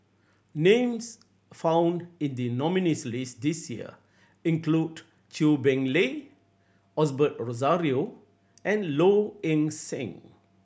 names found in the nominees' list this year include Chew Boon Lay Osbert Rozario and Low Ing Sing